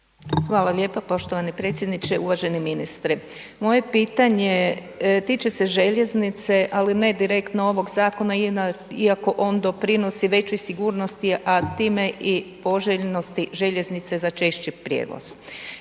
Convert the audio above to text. Hvala lijepa poštovani predsjedniče. Uvaženi ministre moje pitanje tiče se željeznice, ali ne direktno ovog zakona iako on doprinosi većoj sigurnosti, a time poželjnosti željeznice za češći prijevoz.